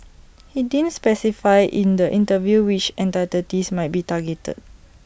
he didn't specify in the interview which might be targeted